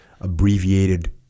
abbreviated